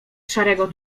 szarego